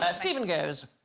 ah stephen goes?